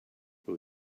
will